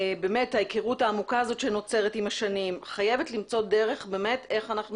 ההיכרות העמוקה הזו שנוצרת עם השנים חייבת למצוא דרך איך אנחנו